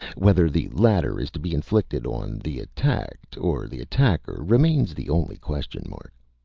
whether the latter is to be inflicted on the attacked or the attacker remains the only question mark.